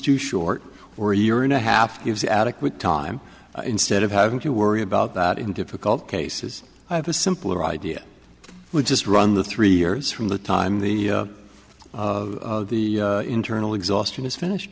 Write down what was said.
too short we're a year and a half gives adequate time instead of having to worry about that in difficult cases i have a simpler idea i would just run the three years from the time the the internal exhaustion is finished